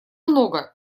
много